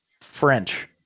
French